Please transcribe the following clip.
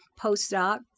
postdoc